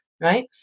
Right